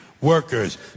workers